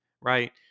right